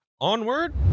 onward